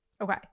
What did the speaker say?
Okay